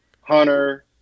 Hunter